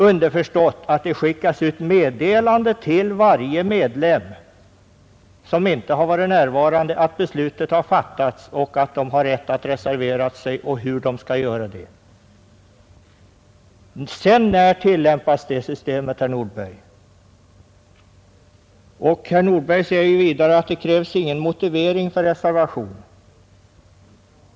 Underförstått: det skickas ut ett meddelande till varje medlem, som inte varit närvarande, att beslutet har fattats, att medlemmarna har rätt att reservera sig och hur de skall göra det. Sedan när tillämpas det systemet, herr Nordberg? Herr Nordberg säger vidare att det krävs ingen motivering för reservation.